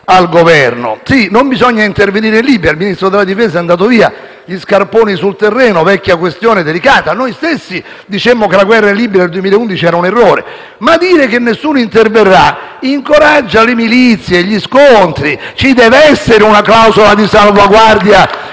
al Governo; è vero, non bisogna intervenire in Libia (il Ministro della difesa è andato via); gli scarponi sul terreno, vecchia questione delicata. Noi stessi dicemmo che la guerra in Libia nel 2011 era un errore, ma dire che nessuno interverrà incoraggia le milizie, gli scontri. *(Applausi dal Gruppo